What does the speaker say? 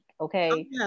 okay